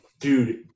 Dude